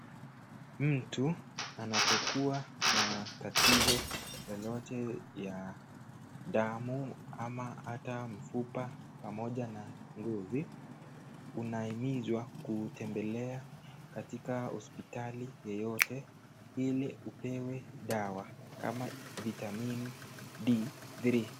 Mtu anapokua na tatizo lolote ya damu ama hata mfupa pamoja na ngozi unahimizwa kutembelea katika hospitali yeyote ili upewe dawa kama vitamin D3 .